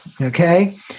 Okay